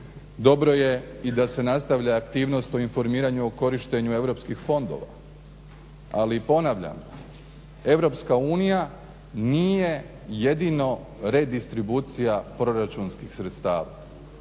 Dobro je i da se nastavlja aktivnost o informiranju o korištenju europskih fondova, ali ponavljam Europska unija nije jedino redistribucija proračunskih sredstava.